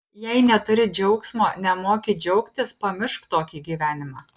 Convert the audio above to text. jei neturi džiaugsmo nemoki džiaugtis pamiršk tokį gyvenimą